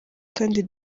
kandi